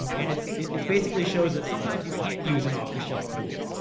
um and it's it's basically shows that sometimes you can't use an off-the-shelf tool.